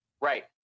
right